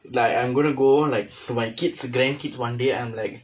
like I'm gonna go like to my kids grandkids one day I'm like